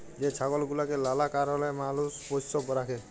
যে ছাগল গুলাকে লালা কারলে মালুষ পষ্য রাখে